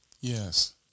Yes